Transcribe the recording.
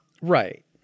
right